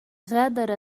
غادر